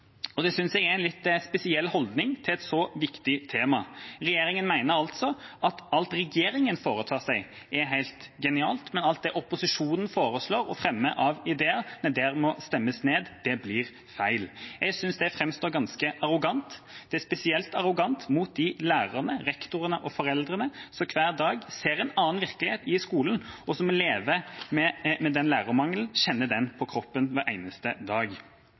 Det synes jeg er en litt spesiell holdning til et så viktig tema. Regjeringa mener altså at alt den foretar seg, er helt genialt, men alt det opposisjonen foreslår og fremmer av ideer, nei, det må stemmes ned. Det blir feil. Jeg synes det framstår ganske arrogant. Det er spesielt arrogant mot de lærerne, rektorene og foreldrene som hver dag ser en annen virkelighet i skolen, og som må leve med lærermangelen, kjenne den på kroppen hver eneste dag.